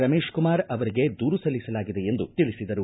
ರಮೇಶ್ಕುಮಾರ್ ಅವರಿಗೆ ದೂರು ಸಳ್ಲಿಸಲಾಗಿದೆ ಎಂದು ತಿಳಿಸಿದರು